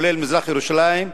כולל מזרח-ירושלים,